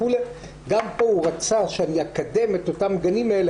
גם פה הוא רצה שאני אקדם את אותם גנים אלה,